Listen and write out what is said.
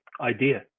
idea